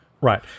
Right